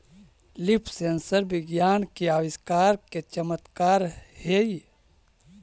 leaf sensor विज्ञान के आविष्कार के चमत्कार हेयऽ